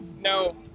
No